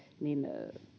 niin